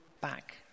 back